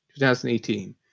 2018